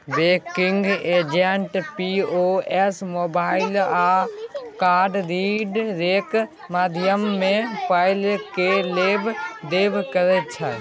banking agent POS, mobile आ card रीडरक माध्यमे पाय केर लेब देब करै छै